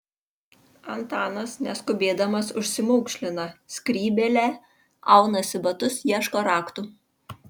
antanas neskubėdamas užsimaukšlina skrybėlę aunasi batus ieško raktų